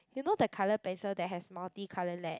you know the colour pencil that has multicolour lead